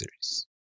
Series